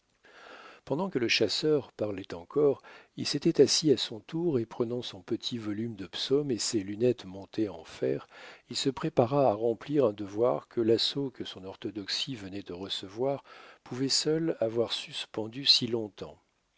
pendant que le chasseur parlait encore il s'était assis à son tour et prenant son petit volume de psaumes et ses lunettes montées en fer il se prépara à remplir un devoir que l'assaut que son orthodoxie venait de recevoir pouvait seul avoir suspendu si longtemps